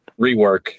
rework